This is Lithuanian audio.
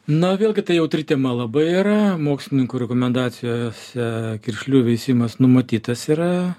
na vėlgi tai jautri tema labai yra mokslininkų rekomendacijose kiršlių veisimas numatytas yra